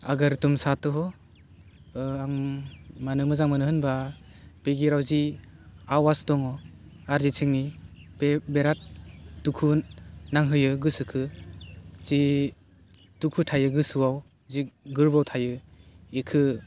आगोर तुम साथ हो ओह आं मानो मोजां मोनो होनबा बे गितआव जि आवास दङ अरिजित सिंनि बेराद दुखु नांहोयो गोसोखो जि दुखु थायो गोसोआव जि गोरबोआव थायो बेखो